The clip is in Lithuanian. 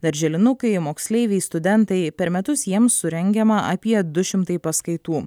darželinukai moksleiviai studentai per metus jiems surengiama apie du šimtai paskaitų